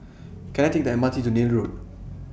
Can I Take The M R T to Neil Road